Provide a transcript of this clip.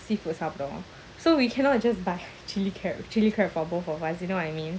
seafood சாப்பிடுவோம்:sapduvom so we cannot just buy chilli crab chilli crab for both of us you know what I mean